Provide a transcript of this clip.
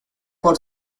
por